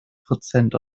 prozent